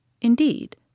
Indeed